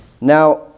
Now